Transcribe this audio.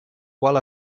qual